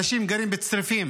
אנשים גרים בצריפים